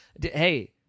Hey